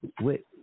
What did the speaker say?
Wait